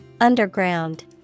Underground